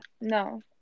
no